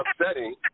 upsetting